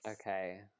Okay